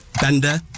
Bender